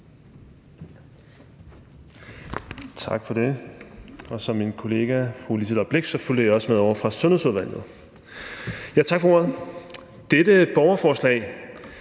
Tak for det. Og som min kollega fru Liselott Blixt fulgte jeg også med ovre fra Sundhedsudvalget. Tak for ordet. Dette borgerforslag